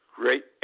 great